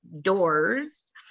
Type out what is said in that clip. doors